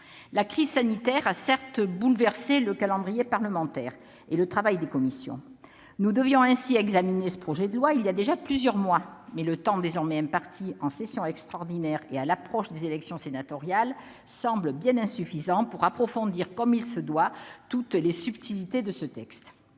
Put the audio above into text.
La crise sanitaire a certes bouleversé le calendrier parlementaire et le travail des commissions. Nous aurions dû examiner ce projet de loi il y a déjà plusieurs mois. Mais le temps désormais imparti, en session extraordinaire et à l'approche des élections sénatoriales, semble bien insuffisant pour approfondir comme il se doit toutes les subtilités de ce texte,